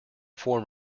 form